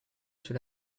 sur